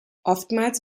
oftmals